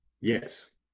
Yes